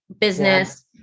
Business